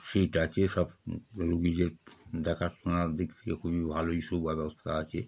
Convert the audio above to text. সেটা আছে সব রুগীদের দেখাশোনার দিক থেকে খুবই ভালোই শোয়ার ব্যবস্থা আছে